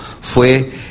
fue